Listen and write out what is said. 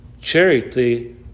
Charity